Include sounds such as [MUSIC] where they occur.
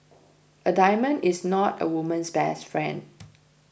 a diamond is not a woman's best friend [NOISE]